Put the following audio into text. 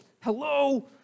hello